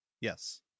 Yes